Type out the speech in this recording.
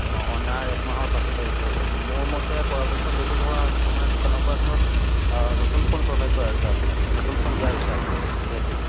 অঁ অনাৰ একমাহৰ পাছতে হৈছে মোৰ মতে পৰাপক্ষত এইটো ধৰা আমাৰ দোকানৰ পৰা ধৰক নতুন ফোন প্ৰভাইড কৰা হৈছে আপোনাক নতুন ফোন দিয়া হৈছে আপোনাক যিহেতু